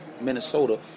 Minnesota